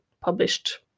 published